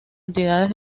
entidades